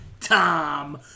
Tom